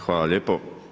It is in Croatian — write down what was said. Hvala lijepo.